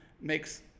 makes